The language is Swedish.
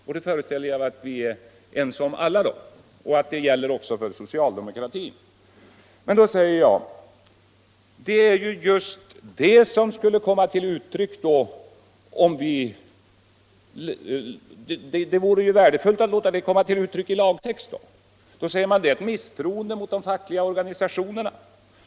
Detta föreställer jag mig att vi alla är ense om och att det också gäller för socialdemokratin. Jag säger att det väl vore värdefullt att låta det komma till uttryck i lagtexten, men då svarar man att det skulle vara att visa misstroende mot de fackliga organisationerna.